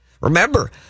Remember